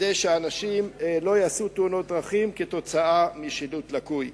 כדי שהאנשים לא יעשו תאונות דרכים כתוצאה משילוט לקוי.